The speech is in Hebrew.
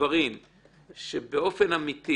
דברים שבאופן אמיתי